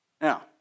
Now